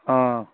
অঁ